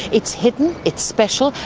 it's hidden, it's special,